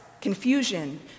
confusion